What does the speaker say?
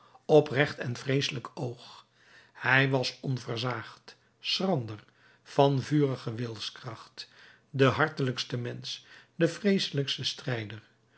oprecht en vreeselijk oog hij was onversaagd schrander van vurige wilskracht de hartelijkste mensch de vreeselijkste strijder